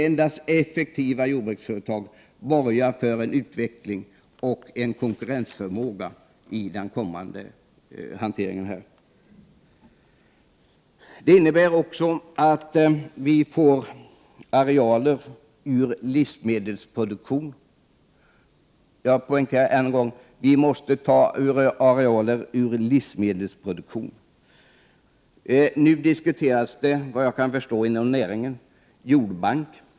Endast effektiva jordbruksföretag borgar 2 juni 1989 för utveckling och konkurrensförmåga i framtiden. Detta innebär också att vi får arealer som inte används för livsmedelsproduktion. Jag poängterar detta. Inom näringen diskuteras nu en jordbank.